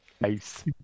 Nice